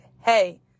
hey